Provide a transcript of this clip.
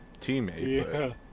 teammate